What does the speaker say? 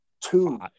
two